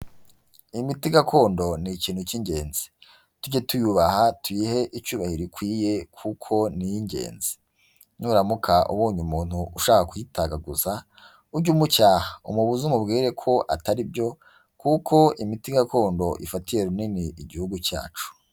Imiti gakondo ni ikintu cy'ingenzi. Tujye tuyubaha tuyihe icyubahiro ikwiye kuko ni iy'ingenzi. Nuramuka ubonye umuntu ushaka kuyitagaguza, ujye umucyaha, umubuze, umubwire ko atari byo, kuko imiti gakondo ifatiye runini Igihugu cyacu.